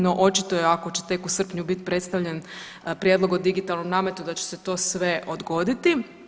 No očito je ako će tek u srpnju biti predstavljen prijedlog o digitalnom nametu da će se to sve odgoditi.